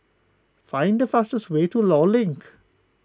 find the fastest way to Law Link